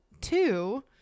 Two